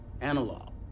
Analog